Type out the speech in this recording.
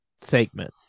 segment